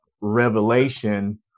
revelation